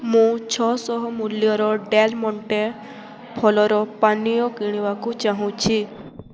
ମୁଁ ଛଅଶହ ମୂଲ୍ୟର ଡ଼େଲମଣ୍ଟେ ଫଲର ପାନୀୟ କିଣିବାକୁ ଚାହୁଁଛି